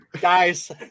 guys